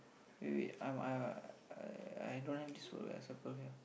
wait wait I'm I'm I don't have this word I circle here